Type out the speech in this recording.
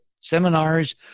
seminars